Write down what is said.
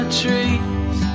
trees